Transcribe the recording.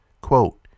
Quote